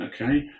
Okay